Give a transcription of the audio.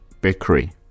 bakery